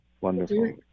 wonderful